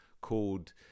called